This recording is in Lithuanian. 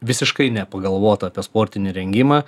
visiškai nepagalvota apie sportinį rengimą